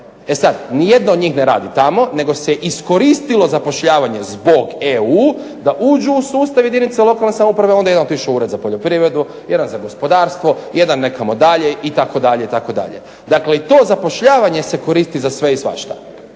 E sad, nijedna od njih ne radi tamo nego se iskoristilo zapošljavanje zbog EU da uđu u sustav jedinica lokalne samouprave. Onda jednom pišu Ured za poljoprivredu, jedan za gospodarstvo, jedan nekamo dalje itd., itd. Dakle, i to zapošljavanje se koristi za sve i svašta.